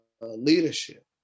leadership